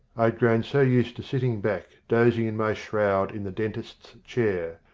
i had grown so used to sitting back dozing in my shroud in the dentist's chair,